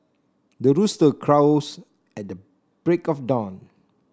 the rooster crows at the break of dawn